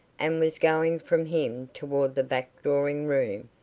and was going from him toward the back drawing-room,